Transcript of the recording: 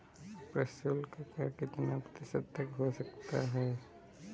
प्रशुल्क कर कितना प्रतिशत तक हो सकता है?